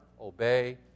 obey